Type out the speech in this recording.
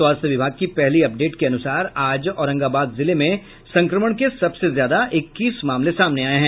स्वास्थ्य विभाग की पहली अपडेट के अनुसार आज औरंगाबाद जिले में संक्रमण के सबसे ज्यादा इक्कीस मामले सामने आये हैं